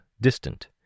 distant